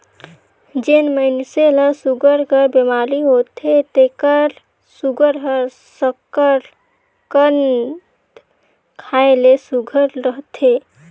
जेन मइनसे ल सूगर कर बेमारी होथे तेकर सूगर हर सकरकंद खाए ले सुग्घर रहथे